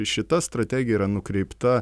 šita strategija yra nukreipta